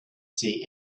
see